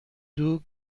دوگ